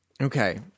okay